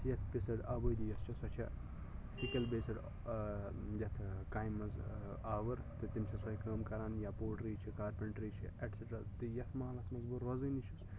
شیٹھ فیٖصَد آبٲدی یۄس چھِ سۄ چھَ سِکل بیسِڈ یتھ کامہِ مَنٛز آور تہٕ تِم چھِ سوے کٲم کَران یا پوٹری چھِ کارپنٹری چھِ ایٚٹسِٹرا تہٕ یتھ مَحلَس بہٕ روزٲنی چھُس